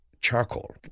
Charcoal